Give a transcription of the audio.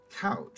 couch